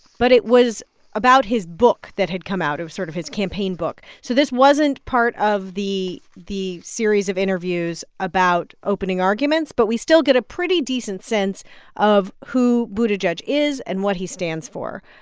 but it was about his book that had come out, sort of his campaign book. so this wasn't part of the the series of interviews about opening arguments, but we still get a pretty decent sense of who buttigieg is and what he stands for.